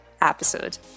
episode